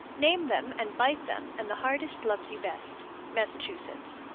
name them, and bite them, and the hardest loves you best. massachusetts.